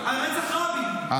על רצח רבין,